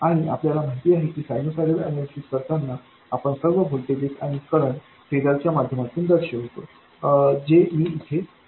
आणि आपल्याला माहित आहे की सायनुसॉइडल अनैलिसिस करताना आपण सर्व व्होल्टेजेस आणि करंट फेजर च्या माध्यमातून दर्शवितो जे मी येथे करतो